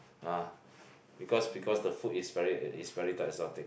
ah because because the food is very is very thing